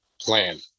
plan